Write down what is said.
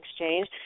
exchange